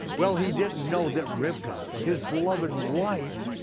well he didn't know that rivkah, his beloved wife,